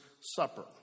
Supper